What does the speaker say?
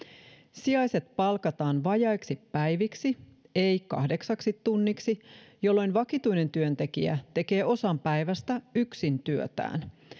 sijaiset palkataan vajaiksi päiviksi ei kahdeksaksi tunniksi jolloin vakituinen työntekijä tekee osan päivästä yksin työtään